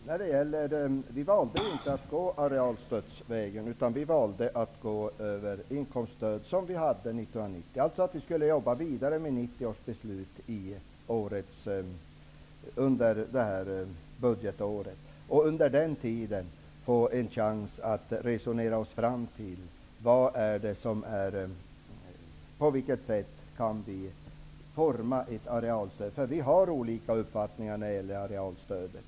Herr talman! Vi socialdemokrater valde inte att gå arealstödsvägen. Vi valde att föreslå ett inkomststöd, vilket fanns år 1990. Vi borde alltså jobba vidare med 1990 års beslut under detta budgetår. Vi skulle under denna tid få en chans att resonera oss fram till på vilket sätt ett arealstöd kan utformas. Det finns olika uppfattningar när det gäller arealstödet.